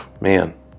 man